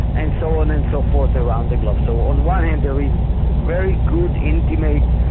and so on and so forth around the globe. so on one hand there is very good, intimate,